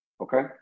Okay